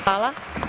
Hvala.